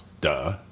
Duh